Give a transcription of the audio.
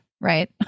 right